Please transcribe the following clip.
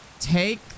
Take